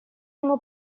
ему